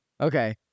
Okay